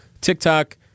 TikTok